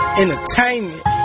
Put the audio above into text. entertainment